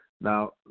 Now